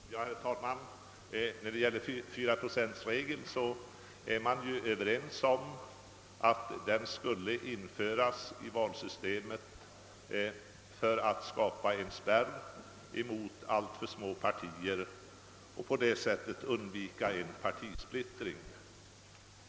Herr talman! När det gäller fyraprocentsregeln vill jag säga att vi ju var överens om att den skulle införas i valsystemet för att skapa en spärr mot alltför små partier och för att på det sättet undvika en partisplittring.